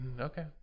Okay